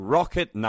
Rocket